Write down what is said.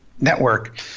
network